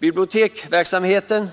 Biblioteksverksamheten